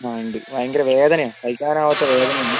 ആ ഉണ്ട് ഭയങ്കര വേദനയാണ് സഹിക്കാനാവാത്ത വേദനയാണ്